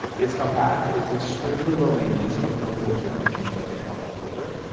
it's compact. it's extremely low maintenance, so there's no filter you have to change like in a hepa filter.